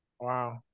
Wow